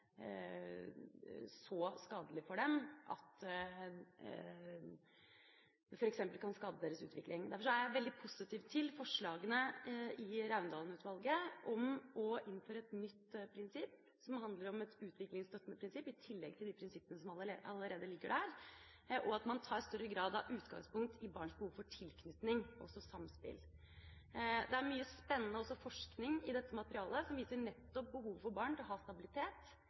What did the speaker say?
så skadelig for dem at det f.eks. kan skade deres utvikling. Derfor er jeg veldig positiv til forslagene i Raundalen-utvalget om å innføre et nytt prinsipp som handler om et utviklingsstøttende prinsipp, i tillegg til de prinsippene som allerede ligger der, og at man i større grad tar utgangspunkt i barns behov for tilknytning og samspill. Det er også mye spennende forskning i dette materialet som nettopp viser barns behov for å ha stabilitet,